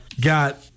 got